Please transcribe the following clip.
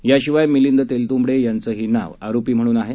याशिवाय मिलिंद तेलतूंबडे यांचंही नाव आरोपी म्हणून आहे